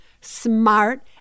smart